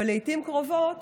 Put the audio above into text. ולעיתים קרובות